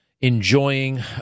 enjoying